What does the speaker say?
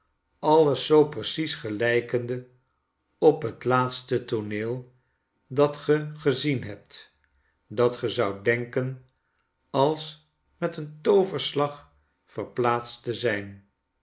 alles zoo precies gelijkende op t laatste tooneel dat ge gezien hebt dat ge zoudt denken als met een tooverslag verplaatst te zijn